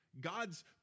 God's